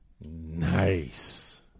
Nice